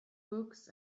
books